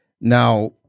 Now